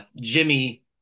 Jimmy